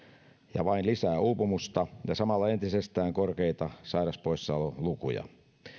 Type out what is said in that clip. ja vain lisää uupumusta ja samalla entisestään korkeita sairaspoissaololukuja